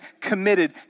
committed